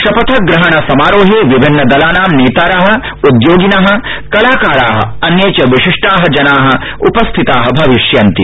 शपथ ग्रहण समारोहे विभिन्न दलाना नेतार उद्योगिन कलाकारा अन्ये च विशिष्टा जना उपस्थिता भविष्यन्ति